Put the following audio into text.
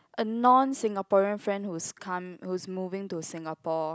a non Singaporean friend who's come who's moving to Singapore